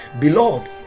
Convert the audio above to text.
beloved